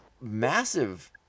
massive